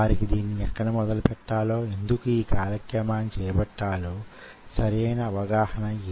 వివిధ రకాలైన కండరాల కణాల గురించి ఆ క్లాసులో చర్చించుకున్నాము